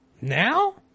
now